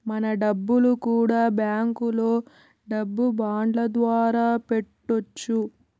మన డబ్బులు కూడా బ్యాంకులో డబ్బు బాండ్ల ద్వారా పెట్టొచ్చు